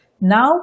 now